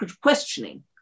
questioning